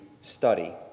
study